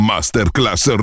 Masterclass